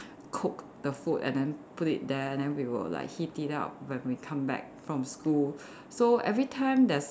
cook the food and then put it there and then we will like heat it up when we come back from school so every time there's